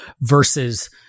Versus